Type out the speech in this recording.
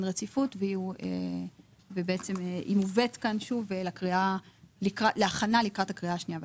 רציפות והיא מובאת כאן שוב להכנה לקראת השנייה והשלישית.